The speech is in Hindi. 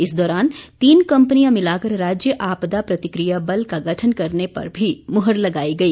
इस दौरान तीन कंपनियां मिलाकर राज्य आपदा प्रतिक्रिया बल का गठन करने पर भी मुहर लगाई गई